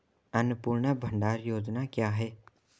अन्नपूर्णा भंडार योजना क्या है?